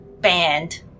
band